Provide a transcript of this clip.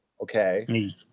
Okay